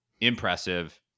impressive